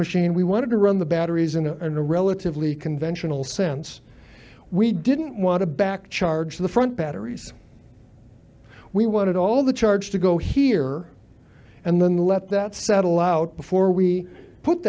machine we wanted to run the batteries in a relatively conventional sense we didn't want to back to charge the front batteries we wanted all the charge to go here and then let that settle out before we put